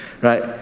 right